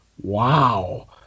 Wow